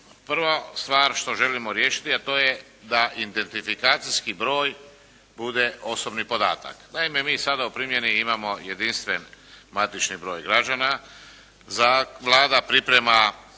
Prva stvar što želimo riješiti a to je da identifikacijski broj bude osobni podatak. Naime, mi sada u primjeni imamo jedinstven matični broj građana. Vlada priprema